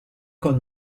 col